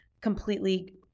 completely